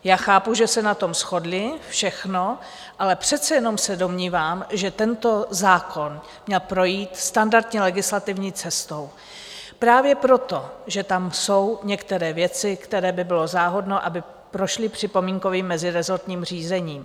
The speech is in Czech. Já chápu, že se na tom shodli, ale přece jenom se domnívám, že tento zákon měl projít standardní legislativní cestou právě proto, že tam jsou některé věci, které by bylo záhodno, aby prošly připomínkovým mezirezortním řízením.